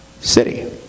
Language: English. city